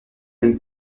une